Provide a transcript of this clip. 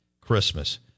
Christmas